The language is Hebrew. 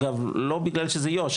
אגב לא בגלל שזה יו"ש,